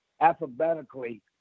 alphabetically